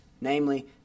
Namely